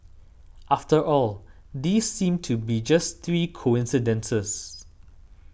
after all these seem to be just three coincidences